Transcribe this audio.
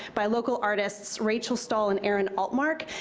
by local artists rachel stahl and aaron altmark,